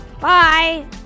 Bye